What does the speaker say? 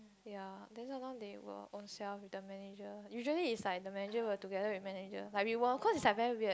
ya then sometime they will own self with the manager usually is like the manger will together with manager like we won't because is like very weird